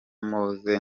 mose